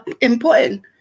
important